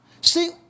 See